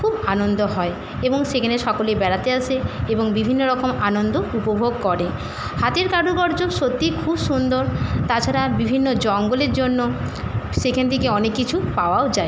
খুব আনন্দ হয় এবং সেখানে সকলে বেড়াতে আসে এবং বিভিন্ন রকম আনন্দ উপভোগ করে হাতের কারুকার্য সত্যিই খুব সুন্দর তাছাড়া বিভিন্ন জঙ্গলের জন্য সেখান থেকে অনেক কিছু পাওয়াও যায়